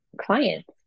clients